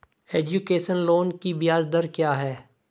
Education loan की ब्याज दर क्या है?